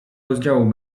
rozdziału